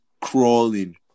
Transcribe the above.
crawling